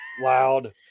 loud